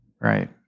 Right